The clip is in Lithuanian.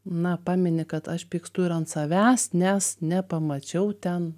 na pameni kad aš pykstu ir ant savęs nes nepamačiau ten